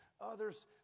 Others